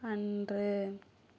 அன்று